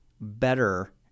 better